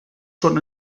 schon